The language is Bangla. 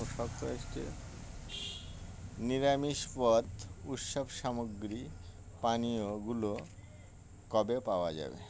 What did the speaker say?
কিরকম শক্ত এসেছে নিরামিষ পদ উৎসব সামগ্রী পানীয়গুলো কবে পাওয়া যাবে